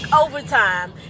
overtime